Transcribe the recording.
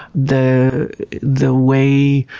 the the way